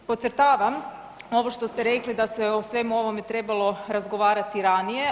Podcrtavam ovo što ste rekli da se o svemu ovome trebalo razgovarati ranije.